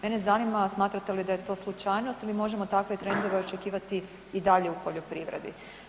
Mene zanima, smatrate li da je to slučajnost ili možemo takve trendove očekivati i dalje u poljoprivredi?